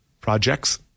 projects